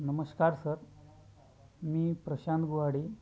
नमस्कार सर मी प्रशांत गुहाडी